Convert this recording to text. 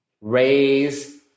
Raise